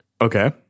Okay